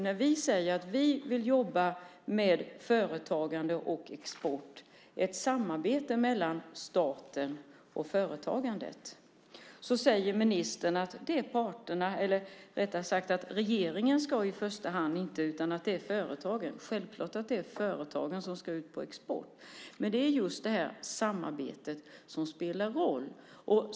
När vi säger att vi vill jobba med företagande och export, det vill säga ett samarbete mellan staten och företagande, säger ministern att det i första hand inte är fråga om regeringen utan att det är fråga om företagen. Självklart ska företagen ut på export. Det är just samarbetet som spelar en roll.